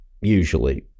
usually